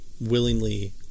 willingly